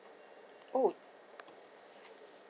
oh